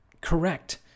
correct